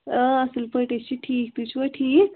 اَصٕل پٲٹھۍ أسۍ چھِ ٹھیٖک تُہۍ چھُوا ٹھیٖک